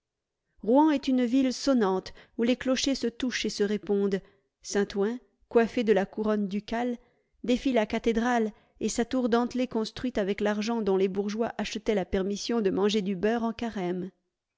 rouen est une ville sonnante où les clochers se touchent et se répondent saint-ouen coiffé de la couronne ducale défie la cathédrale et sa tour dentelée construite avec l'argent dont les bourgeois achetaient la permission de manger du beurre en carême